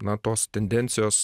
na tos tendencijos